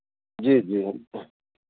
जी जी